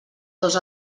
dos